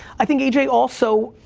i think aj also,